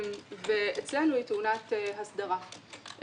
אצלנו היא טעונת הסדרה.